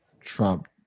trump